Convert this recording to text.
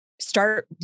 start